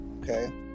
okay